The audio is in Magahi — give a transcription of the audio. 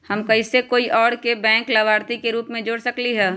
हम कैसे कोई और के बैंक लाभार्थी के रूप में जोर सकली ह?